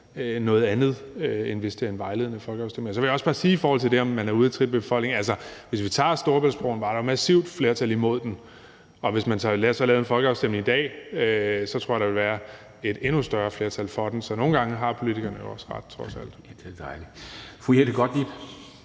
noget andet, end hvis det er en vejledende folkeafstemning. Så vil jeg også bare sige til det med, om man er ude af trit med befolkningen: Altså, der var massivt flertal imod Storebæltsbroen, og hvis man lavede en folkeafstemning i dag, tror jeg, at der ville være et endnu større flertal for den. Så nogle gange har politikerne jo også ret, trods alt.